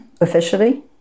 officially